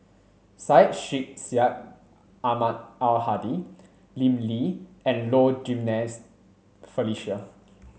Syed Sheikh Syed Ahmad Al Hadi Lim Lee and Low Jimenez Felicia